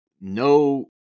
no